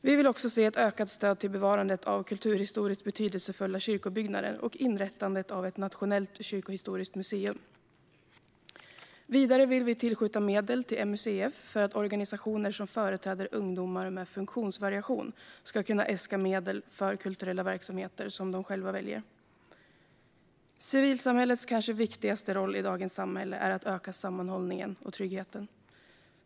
Vi vill också se ett ökat stöd till bevarandet av kulturhistoriskt betydelsefulla kyrkobyggnader och inrättandet av ett nationellt kyrkohistoriskt museum. Vidare vill vi tillskjuta medel till MUCF för att organisationer som företräder ungdomar med funktionsvariation ska kunna äska medel för kulturella verksamheter som de själva väljer. Civilsamhällets kanske viktigaste roll i dagens samhälle är att öka sammanhållningen och tryggheten.